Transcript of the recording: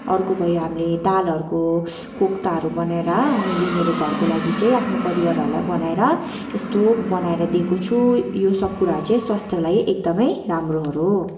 अर्को भयो हामीले दालहरूको कोफ्ताहरू बनाएर मैले मेरो घरको लागि चाहिँ आफ्नो परिवारहरूलाई बनाएर यस्तो बनाएर दिएको छु यो सब कुराहरू चाहिँ स्वास्थ्यको लागि एकदमै राम्रोहरू हो